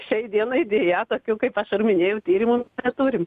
šiai dienai deja tokių kaip aš ir minėjau tyrimų neturim